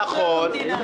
נכון,